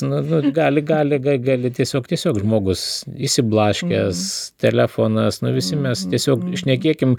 nu gali gali gali tiesiog tiesiog žmogus išsiblaškęs telefonas nu visi mes tiesiog šnekėkim